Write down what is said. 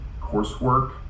coursework